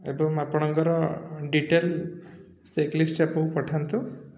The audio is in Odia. ଏବଂ ଆପଣଙ୍କର ଡିଟେଲ୍ ଚେକ୍ ଲିଷ୍ଟ୍ ଆମକୁ ପଠାନ୍ତୁ